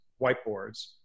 whiteboards